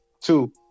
Two